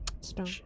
stone